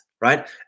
right